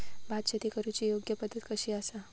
भात शेती करुची योग्य पद्धत कशी आसा?